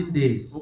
days